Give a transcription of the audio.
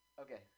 Okay